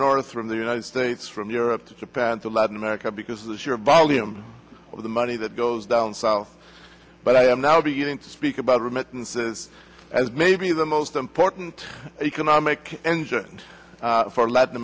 north from the united states from europe to japan to latin america because the sheer volume of the money that goes down south but i am now beginning to speak about remittances as maybe the most important economic engine for latin